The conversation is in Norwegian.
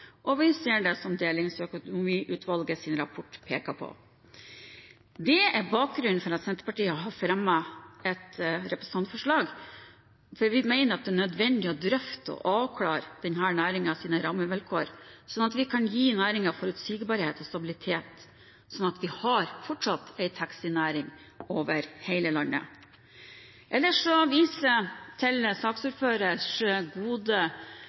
og vi ser det som Delingsøkonomiutvalgets rapport peker på. Det er bakgrunnen for at Senterpartiet har fremmet et representantforslag, for vi mener at det er nødvendig å drøfte og avklare denne næringens rammevilkår, slik at vi kan gi næringen forutsigbarhet og stabilitet så vi fortsatt har en taxinæring over hele landet. Ellers viser jeg til